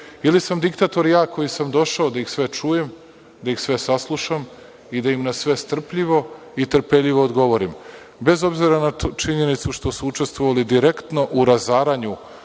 ili sam diktator ja koji sam došao da ih sve čujem, da ih sve saslušam i da im na sve strpljivo i trpeljivo odgovorim, bez obzira na činjenicu što su učestvovali direktno u razaranju